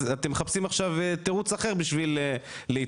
אז אתם מחפשים עכשיו תירוץ אחר בשביל להתנגד,